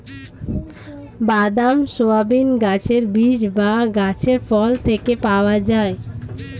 বাদাম, সয়াবিন গাছের বীজ বা গাছের ফল থেকে পাওয়া যায়